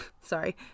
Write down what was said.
Sorry